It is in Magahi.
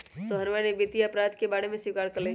सोहना ने वित्तीय अपराध करे के बात स्वीकार्य कइले है